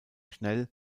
schnell